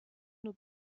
nur